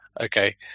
okay